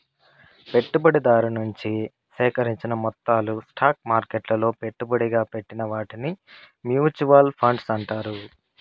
పెట్టుబడిదారు నుంచి సేకరించిన మొత్తాలు స్టాక్ మార్కెట్లలో పెట్టుబడిగా పెట్టిన వాటిని మూచువాల్ ఫండ్స్ అంటారు